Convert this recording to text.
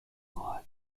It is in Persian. خواهد